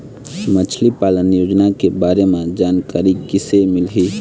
मछली पालन योजना के बारे म जानकारी किसे मिलही?